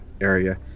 area